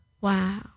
Wow